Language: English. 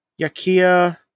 Yakia